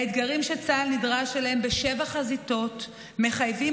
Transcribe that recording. האתגרים שצה"ל נדרש אליהם בשבע חזיתות מחייבים